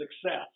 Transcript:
success